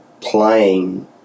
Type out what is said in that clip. playing